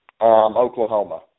Oklahoma